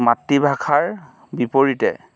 মাতৃভাষাৰ বিপৰীতে